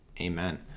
Amen